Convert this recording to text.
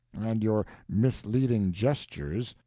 and your misleading gestures,